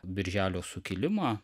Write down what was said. birželio sukilimą